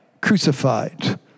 crucified